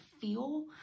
feel